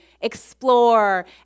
explore